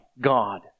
God